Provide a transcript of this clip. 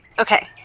okay